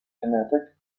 kinetic